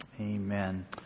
Amen